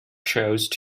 chose